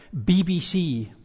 BBC